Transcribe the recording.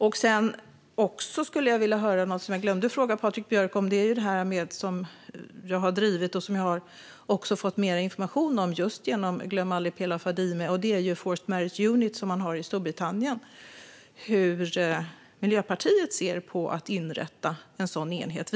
Jag skulle också vilja höra något som jag glömde att fråga Patrik Björck om, och det handlar om det som jag har drivit och som jag också har fått mer information om just genom Glöm aldrig Pela och Fadime. I Storbritannien har man Forced Marriage Unit. Hur ser Miljöpartiet på att inrätta en sådan enhet?